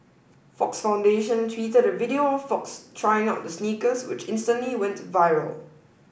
Fox Foundation tweeted a video of Fox trying out the sneakers which instantly went viral